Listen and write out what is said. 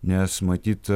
nes matyt